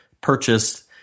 purchased